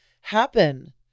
happen